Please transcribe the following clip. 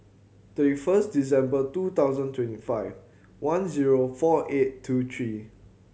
thirty first December two thousand and twenty five one zero four eight two three